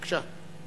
בבקשה.